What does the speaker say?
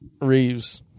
Reeves